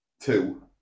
two